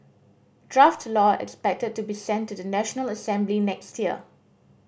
draft law expected to be sent to the National Assembly next year